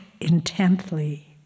intently